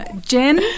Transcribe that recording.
Jen